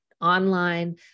online